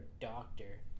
doctor